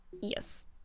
yes